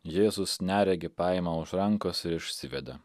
jėzus neregį paima už rankos ir išsiveda